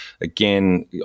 again